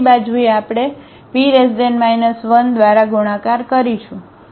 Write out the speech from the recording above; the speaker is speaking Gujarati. જમણી બાજુ આપણે P 1 દ્વારા ગુણાકાર કરીશું